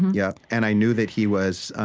yeah and i knew that he was